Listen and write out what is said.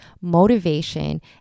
motivation